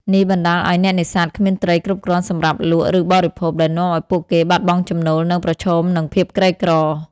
នេះបណ្តាលឱ្យអ្នកនេសាទគ្មានត្រីគ្រប់គ្រាន់សម្រាប់លក់ ឬបរិភោគ ដែលនាំឱ្យពួកគេបាត់បង់ចំណូល និងប្រឈមនឹងភាពក្រីក្រ។